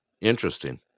Interesting